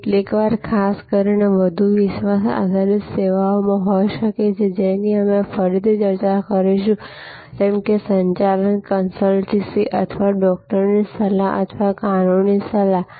કેટલીકવાર લોકો ખાસ કરીને વધુ વિશ્વાસ આધારિત સેવાઓમાં હોઈ શકે છે જેની અમે ફરીથી ચર્ચા કરીશું જેમ કે સંચાલક કન્સલ્ટન્સી અથવા ડૉક્ટરની સલાહ અથવા કાનૂની સલાહ